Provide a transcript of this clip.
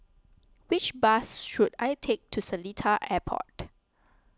which bus should I take to Seletar Airport